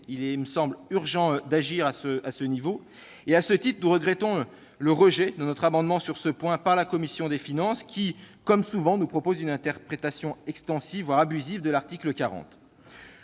en est-on ? Il est urgent d'agir ! À ce titre, nous regrettons le rejet de notre amendement sur le sujet par la commission des finances, qui, comme souvent, nous propose une interprétation extensive, voire abusive, de l'article 40